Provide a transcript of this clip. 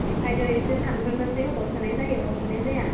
बेखायनो एसे सानग्रोनोसै अबाव सोनाय जायो अबाव सोनाय जाया